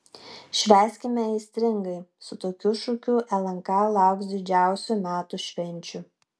švęskime aistringai su tokiu šūkiu lnk lauks didžiausių metų švenčių